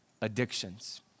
addictions